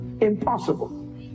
impossible